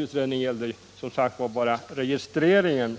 utredningen gällde som bekant bara registreringen.